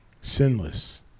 Sinless